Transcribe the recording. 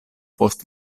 post